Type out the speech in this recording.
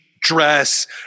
dress